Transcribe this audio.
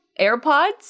AirPods